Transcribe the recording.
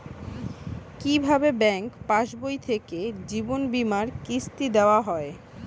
কি ভাবে ব্যাঙ্ক পাশবই থেকে জীবনবীমার কিস্তি দেওয়া হয়?